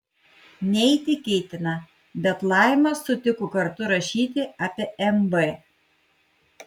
neįtikėtina bet laima sutiko kartu rašyti apie mb